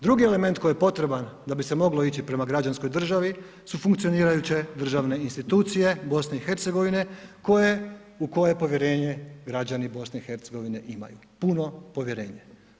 Drugi element koji je potreban da bi se moglo ići prema građanskoj državi su funkcionirajuće državne institucije BiH koje, u koje povjerenje građani BiH imaju, puno povjerenje.